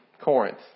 Corinth